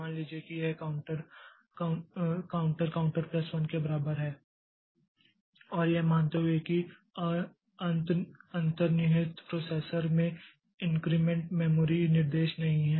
मान लीजिए कि यह काउंटर काउंटर प्लस 1 के बराबर है और यह मानते हुए कि अंतर्निहित प्रोसेसर में इनक्रिमेंट मेमोरी निर्देश नहीं है